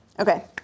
Okay